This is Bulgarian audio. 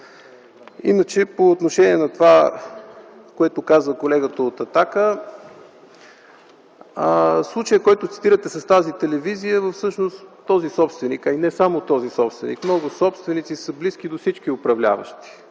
Иначе по отношение на това, което казва колегата от „Атака” случаят, който цитирате с тази телевизия, всъщност този собственик, а и не само този собственик, много собственици са близки до всички управляващи.